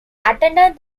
attended